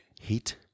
Heat